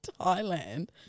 Thailand